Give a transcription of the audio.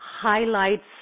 highlights